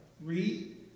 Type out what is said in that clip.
Read